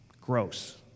Gross